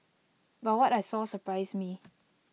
but what I saw surprised me